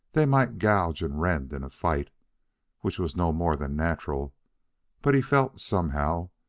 they might gouge and rend in a fight which was no more than natural but he felt, somehow,